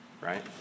right